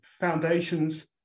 foundations